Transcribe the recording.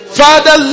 father